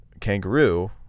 kangaroo